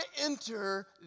enter